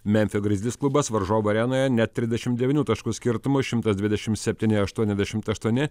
memfio grizzlies klubas varžovų arenoje net trisdešim devynių taškų skirtumu šimtas dvidešim septyni aštuoniasdešimt aštuoni